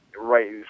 right